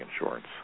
insurance